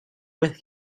with